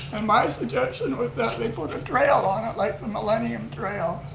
and my suggestion was that they put a trail on it, like the millennium trail.